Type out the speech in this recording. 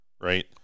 right